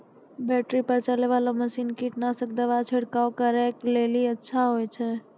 Battery पर चलै वाला मसीन कीटनासक दवा छिड़काव करै लेली अच्छा होय छै?